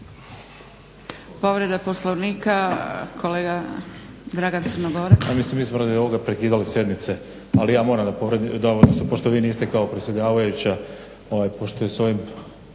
Povreda Poslovnika kolega Dragan Crnogorac.